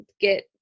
get